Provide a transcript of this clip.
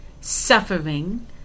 suffering